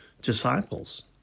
disciples